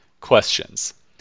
Questions